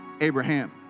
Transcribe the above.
Abraham